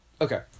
Okay